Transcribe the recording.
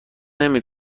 نمی